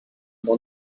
bon